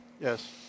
Yes